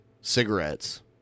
cigarettes